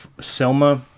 Selma